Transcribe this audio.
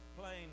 plane